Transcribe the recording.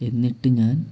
എന്നിട്ട് ഞാൻ